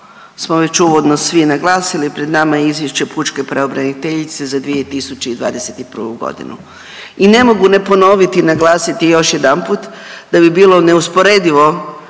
smo već uvodno svi naglasili pred nama je izvješće pučke pravobraniteljice za 2021.g. i ne mogu ne ponoviti i naglasiti još jedanput da bi bilo neusporedivo